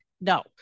No